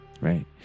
right